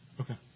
Okay